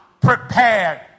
prepared